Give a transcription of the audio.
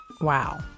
Wow